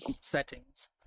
settings